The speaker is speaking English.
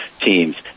teams